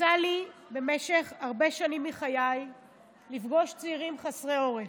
יצא לי במשך הרבה שנים מחיי לפגוש צעירים חסרי עורף.